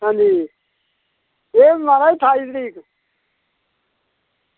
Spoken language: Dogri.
हां जी एह् महाराज ठाई तरीक